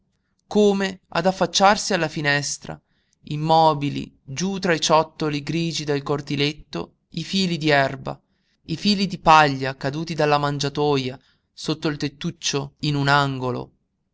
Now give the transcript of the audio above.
come ad affacciarsi alla finestra immobili giú tra i ciottoli grigi del cortiletto i fili di erba i fili di paglia caduti dalla mangiatoja sotto il tettuccio in un angolo